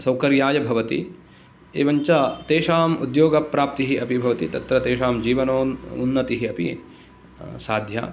सौकर्याय भवति एवञ्च तेषाम् उद्योगप्राप्तिः अपि भवति तत्र तेषां जीवन उन्नतिः अपि साध्या